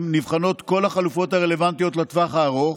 נבחנות כל החלופות הרלוונטיות לטווח הארוך,